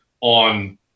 on